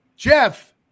Jeff